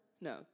no